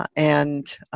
ah and